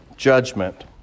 Judgment